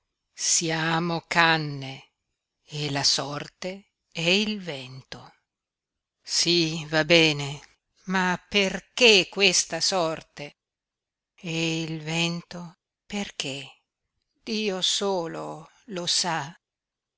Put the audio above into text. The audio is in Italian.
siamo canne e la sorte è il vento sí va bene ma perché questa sorte e il vento perché dio solo lo sa